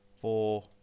four